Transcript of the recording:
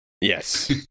Yes